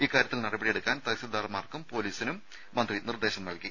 ഇക്കാര്യത്തിൽ നടപടിയെടുക്കാൻ തഹസിൽദാർമാർക്കും പൊലിസിനും മന്ത്രി നിർദ്ദേശം നൽകി